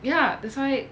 ya that's why